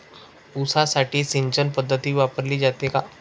ऊसासाठी सिंचन पद्धत वापरली जाते का?